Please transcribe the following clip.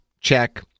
Check